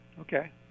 Okay